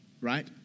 right